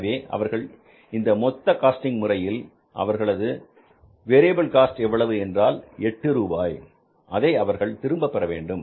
எனவே அவர்கள் இந்த மொத்த காஸ்டிங் முறையில் அவர்களது வேரியபில் காஸ்ட் எவ்வளவு என்றால் எட்டு ரூபாய் அதை அவர்கள் திரும்பப்பெற வேண்டும்